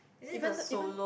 even though even